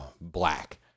black